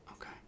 Okay